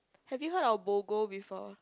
have you heard of Bogo before